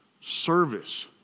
service